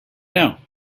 know